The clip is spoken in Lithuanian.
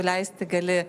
leisti gali